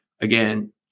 again